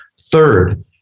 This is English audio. Third